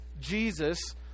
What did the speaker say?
Jesus